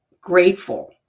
grateful